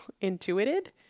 Intuited